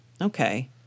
Okay